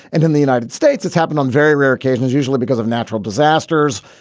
and in the united states, it's happened on very rare occasions, usually because of natural disasters.